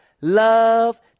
love